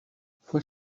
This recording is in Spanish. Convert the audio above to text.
fue